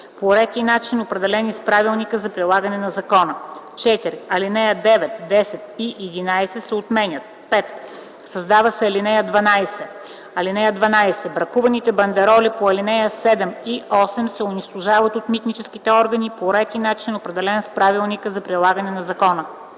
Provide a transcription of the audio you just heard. по ред и начин, определени с правилника за прилагане на закона.” 4. Алинеи 9, 10 и 11 се отменят. 5. Създава се ал. 12: „(12) Бракуваните бандероли по ал. 7 и 8 се унищожават от митническите органи по ред и начин, определени с правилника за прилагане на закона.”